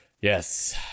yes